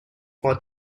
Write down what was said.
for